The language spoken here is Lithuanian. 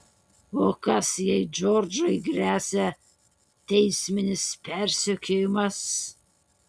o kas jei džordžui gresia teisminis persekiojimas